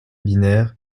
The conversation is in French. binaire